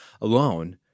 alone